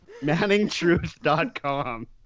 Manningtruth.com